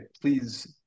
please